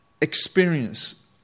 experience